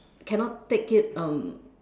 cannot take it um